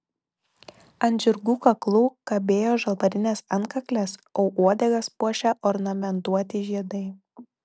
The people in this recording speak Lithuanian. ant žirgų kaklų kabėjo žalvarinės antkaklės o uodegas puošė ornamentuoti žiedai